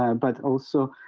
um but also, ah,